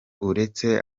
uretse